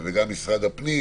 גם משרד הפנים,